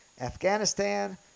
Afghanistan